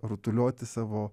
rutulioti savo